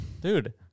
Dude